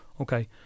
Okay